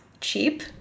cheap